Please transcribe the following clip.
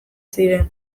ziren